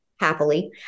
happily